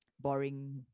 boring